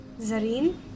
Zareen